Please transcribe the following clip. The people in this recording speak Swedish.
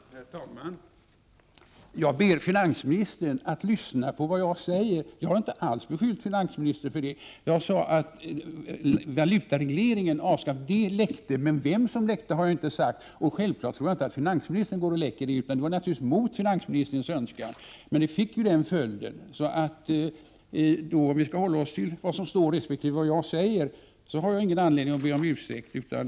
Herr talman! Jag ber finansministern att lyssna på vad jag säger. Jag har inte alls beskyllt finansministern. Jag sade att uppgifter om att man skulle avskaffa valutaregleringen har läckt ut, men vem som läckte har jag inte sagt. Självfallet tror jag inte att finansministern läcker ut sådant, utan det skedde naturligtvis mot finansministerns önskan. Men det fick ju den följd jag har talat om. Om vi skall hålla oss till vad som står skrivet resp. vad jag säger har jag ingen anledning att be om ursäkt.